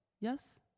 Yes